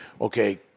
okay